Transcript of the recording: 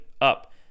up